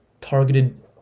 targeted